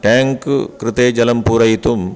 tank कृते जलं पूरयितुं